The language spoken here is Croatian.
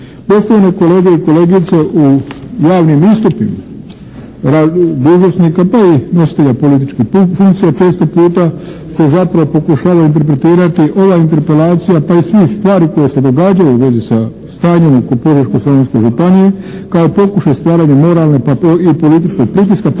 Poštovane kolege i kolegice, u javnim istupima dužnosnika pa i nositelja političkih funkcija često puta se zapravo pokušava interpretirati ova interpelacija pa i svih stvari koje se događaju u vezi sa stanjem oko Požeško-slavonske županije, kao pokušaj stvaranja moralne i političkog pritiska,